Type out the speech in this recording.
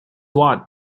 watt